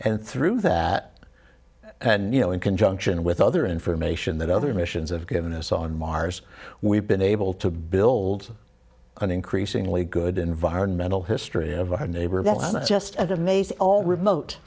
and through that and you know in conjunction with other information that other missions have given us on mars we've been able to build an increasingly good environmental history of one hundred just at amazing all remote